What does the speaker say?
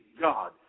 God